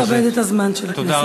בבקשה תכבד את הזמן של הכנסת.